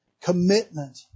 commitment